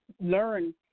learn